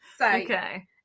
Okay